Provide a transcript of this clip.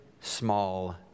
small